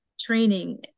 training